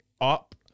up